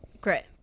Great